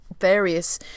various